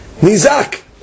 Nizak